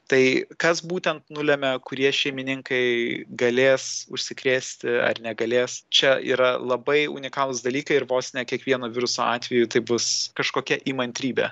tai kas būtent nulemia kurie šeimininkai galės užsikrėsti ar negalės čia yra labai unikalūs dalykai ir vos ne kiekvieno viruso atveju tai bus kažkokia įmantrybė